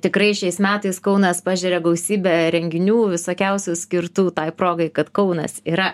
tikrai šiais metais kaunas pažeria gausybę renginių visokiausių skirtų tai progai kad kaunas yra